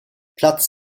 platz